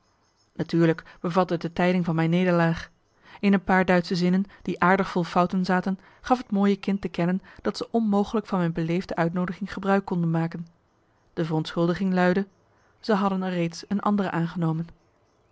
natuurlijk bevatte het de tijding van mijn nederlaag in een paar duitsche zinnen die aardig vol fouten zaten gaf het mooie kind te kennen dat ze onmogelijk van mijn beleefde uitnoodiging gebruik konden maken de verontschuldiging luidde zij hadden er reeds een andere aangenomen